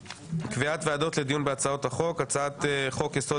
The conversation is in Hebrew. קביעת ועדות לדיון בהצעות חוק הבאות: הצעת חוק-יסוד: